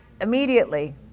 immediately